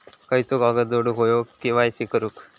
खयचो कागद जोडुक होयो के.वाय.सी करूक?